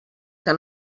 que